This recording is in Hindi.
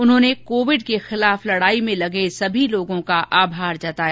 उन्होंने कोविड के खिलाफ लड़ाई में लगे सभी लोगों का आभार जताया